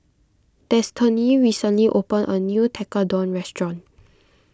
Destany recently opened a new Tekkadon restaurant